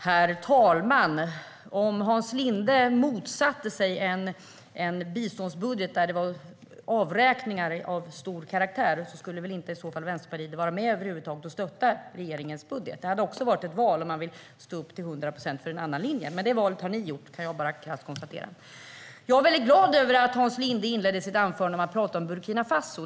Herr talman! Om Hans Linde motsatte sig en biståndsbudget där det var avräkningar av stor karaktär skulle väl Vänsterpartiet inte över huvud taget vara med och stötta regeringens budget. Det hade också varit ett val, om man till hundra procent vill stå upp för en annan linje. Men det valet har ni inte gjort, kan jag bara krasst konstatera. Jag är glad över att Hans Linde inledde sitt anförande med att prata om Burkina Faso.